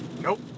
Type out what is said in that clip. Nope